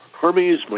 Hermes